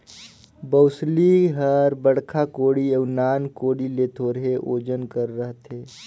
बउसली हर बड़खा कोड़ी अउ नान कोड़ी ले थोरहे ओजन कर रहथे